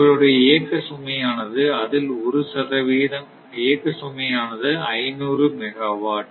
உங்களுடைய இயக்க சுமையானது 500 மெகாவாட்